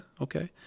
okay